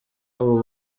uba